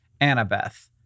Annabeth